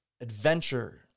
adventure